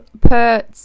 put